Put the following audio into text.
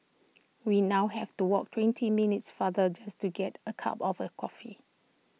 we now have to walk twenty minutes farther just to get A cup of A coffee